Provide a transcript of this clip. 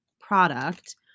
product